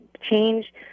change